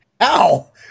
Ow